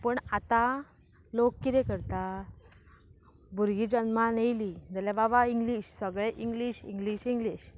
पूण आतां लोक कितें करता भुरगीं जल्मान येयलीं जाल्यार बाबा इंग्लीश सगळें इंग्लीश इंग्लीश इंग्लीश